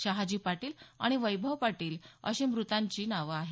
शहाजी पाटील आणि वैभव पाटील अशी मृतांची नावं आहेत